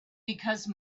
because